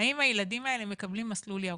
האם הילדים האלה מקבלים מסלול ירוק.